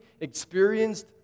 experienced